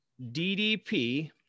DDP